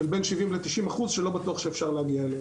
של בין 70% ל-90% שלא בטוח שאפשר להגיע אליהם.